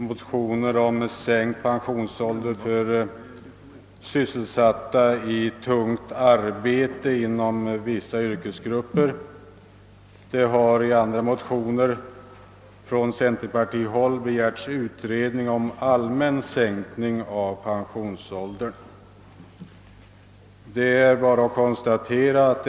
Motioner har väckts om sänkt pensionsålder för personer sysselsatta i tungt arbete inom vissa yrkesgrupper, och från centerpartihåll har i motioner begärts utredning om en allmän sänkning av pensionsåldern.